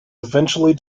eventually